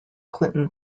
clinton